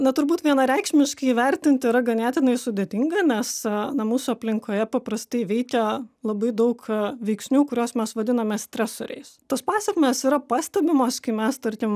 na turbūt vienareikšmiškai įvertinti yra ganėtinai sudėtinga nes na mūsų aplinkoje paprastai veikia labai daug veiksnių kuriuos mes vadiname stresoriais tos pasekmės yra pastebimos kai mes tarkim